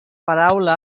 paraula